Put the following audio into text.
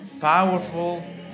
powerful